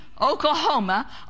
Oklahoma